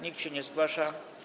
Nikt się nie zgłasza.